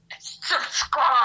Subscribe